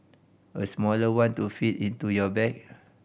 a smaller one to fit into your bag